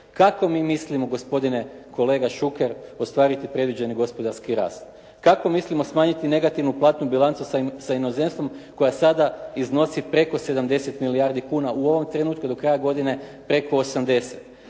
Kako mi mislimo gospodine kolega Šuker ostvariti predviđeni gospodarski rast? Kako mislim smanjiti negativnu platnu bilancu sa inozemstvom koja sada iznosi preko 70 milijardi kuna u ovom trenutku do kraja godine preko 80.